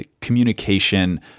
communication